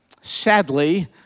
sadly